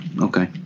Okay